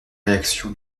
réaction